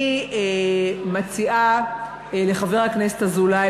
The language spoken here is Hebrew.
אני מציעה לחבר הכנסת אזולאי,